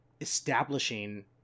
establishing